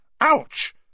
Ouch